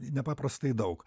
nepaprastai daug